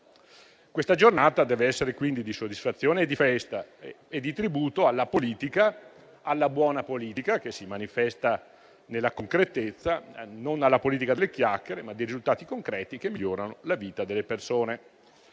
Questa giornata deve essere quindi di soddisfazione, di festa e di tributo alla politica, alla buona politica che si manifesta nella concretezza; non alla politica delle chiacchiere, ma dei risultati concreti che migliorano la vita delle persone.